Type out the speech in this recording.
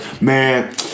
Man